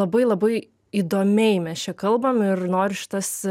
labai labai įdomiai mes čia kalbam ir noriu šitas